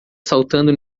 saltando